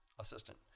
assistant